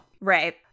Right